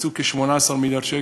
קיצצו כ-18 מיליארד שקל,